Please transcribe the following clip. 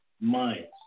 minds